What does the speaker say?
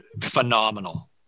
phenomenal